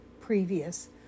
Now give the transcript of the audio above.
previous